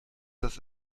das